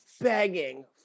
begging